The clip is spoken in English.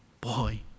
Boy